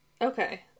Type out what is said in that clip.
Okay